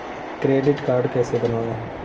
Credit card कैसे बनवाएँ?